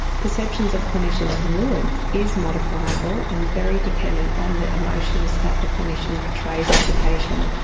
perceptions of clinicians' warmth is modifiable and very dependent on the emotions that the clinician portrays to the patient.